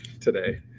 today